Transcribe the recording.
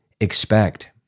expect